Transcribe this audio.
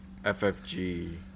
ffg